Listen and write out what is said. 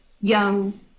young